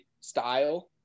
style